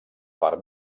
part